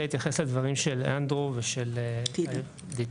להתייחס לדברים של אנדרו ושל טידה.